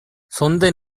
சொந்த